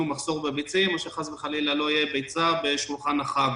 מחסור בביצים או שחס וחלילה לא תהיה ביצה בשולחן החג.